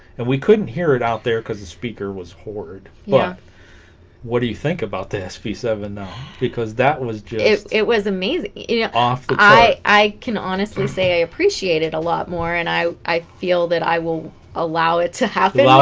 and we couldn't hear it out there because the speaker was whored but what do you think about the s b seven no because that was just it was amazing it yeah off i i can honestly say i appreciate it a lot more and i i feel that i will allow it to happen